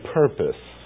purpose